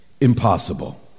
impossible